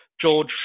George